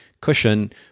cushion